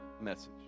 message